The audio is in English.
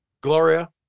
Gloria